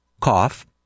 cough